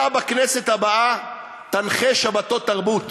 אתה בכנסת הבאה תנחה שבתות תרבות.